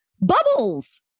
bubbles